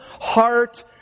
heart